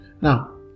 Now